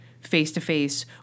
face-to-face